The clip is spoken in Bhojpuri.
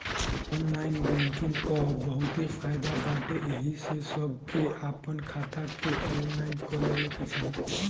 ऑनलाइन बैंकिंग कअ बहुते फायदा बाटे एही से सबके आपन खाता के ऑनलाइन कअ लेवे के चाही